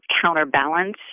counterbalance